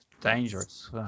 dangerous